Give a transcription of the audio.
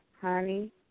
honey